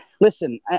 Listen